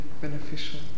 beneficial